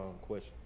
question